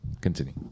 Continue